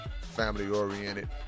family-oriented